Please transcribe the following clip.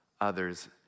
others